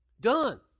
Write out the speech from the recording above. done